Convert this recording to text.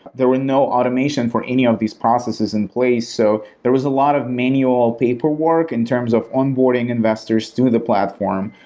there were no automation for any of these processes in place. so there was a lot of manual paperwork in terms of on boarding investors through the platform,